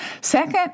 Second